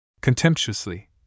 contemptuously